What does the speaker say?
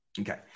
Okay